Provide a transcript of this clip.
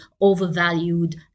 overvalued